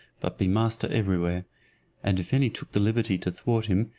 but be master every where and if any took the liberty to thwart him,